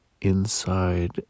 inside